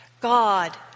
God